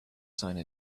sign